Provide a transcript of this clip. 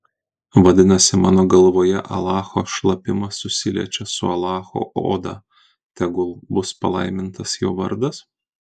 vadinasi mano galvoje alacho šlapimas susiliečia su alacho oda tegul bus palaimintas jo vardas